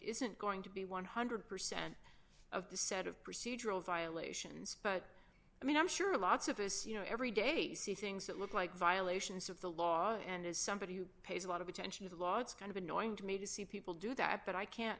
isn't going to be one hundred percent of the set of procedural violations but i mean i'm sure lots of us you know every day see things that look like violations of the law and as somebody who pays a lot of attention is a lot of annoying to me to see people do that but i can't